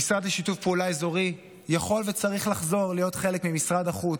המשרד לשיתוף פעולה אזורי יכול וצריך לחזור להיות חלק ממשרד החוץ,